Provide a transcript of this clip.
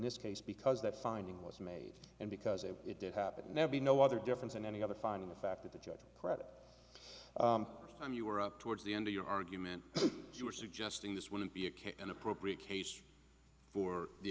this case because that finding was made and because if it did happen and there be no other difference than any other finding the fact that the judge credit i mean you were up towards the end of your argument you were suggesting this wouldn't be a case an appropriate case for the